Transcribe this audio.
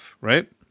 right